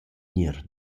gnir